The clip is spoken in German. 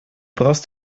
brauchst